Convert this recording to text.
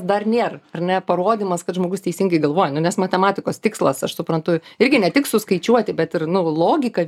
dar nėr ar ne parodymas kad žmogus teisingai galvoja nu nes matematikos tikslas aš suprantu irgi ne tik suskaičiuoti bet ir nu logiką